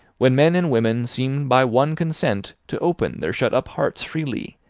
when men and women seem by one consent to open their shut-up hearts freely,